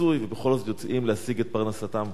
ובכל זאת יוצאים להשיג את פרנסתם.